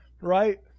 right